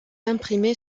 imprimée